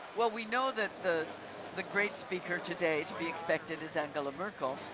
well we know that the the great speaker today to be expected is angela merkel,